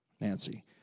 Nancy